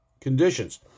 conditions